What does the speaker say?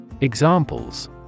Examples